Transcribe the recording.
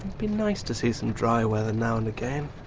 be nice to see some dry weather now and again.